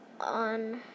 on